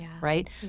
right